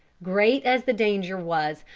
great as the danger was,